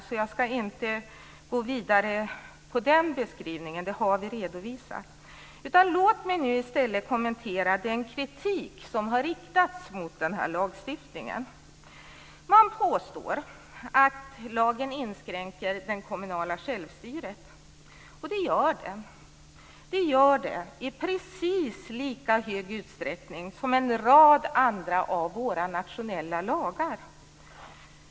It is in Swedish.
Jag ska därför inte gå vidare med den beskrivningen. Låt mig nu i stället kommentera den kritik som har riktats mot den här lagstiftningen. Man påstår att lagen inskränker det kommunala självstyret, och det gör den i precis lika stor utsträckning som en rad andra av våra nationella lagar.